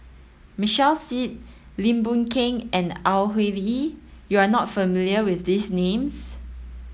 Michael Seet Lim Boon Keng and Au Hing Yee you are not familiar with these names